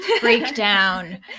breakdown